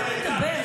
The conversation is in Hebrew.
תגיד לי, אתה רציני?